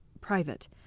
...private